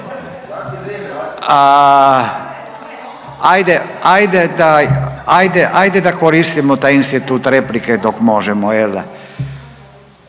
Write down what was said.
ajde da koristimo taj institut replike dok možemo